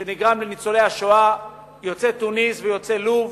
שנגרם לניצולי השואה יוצאי תוניס ויוצאי לוב,